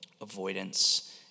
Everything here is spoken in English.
avoidance